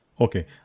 Okay